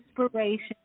inspiration